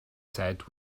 said